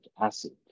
acid